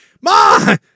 Ma